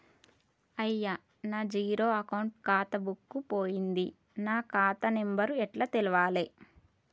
అయ్యా నా zero account ఖాతా బుక్కు పోయింది నా ఖాతా నెంబరు ఎట్ల తెలవాలే?